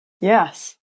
Yes